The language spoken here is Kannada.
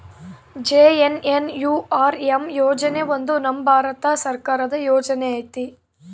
ಜೆ.ಎನ್.ಎನ್.ಯು.ಆರ್.ಎಮ್ ಯೋಜನೆ ಒಂದು ನಮ್ ಭಾರತ ಸರ್ಕಾರದ ಯೋಜನೆ ಐತಿ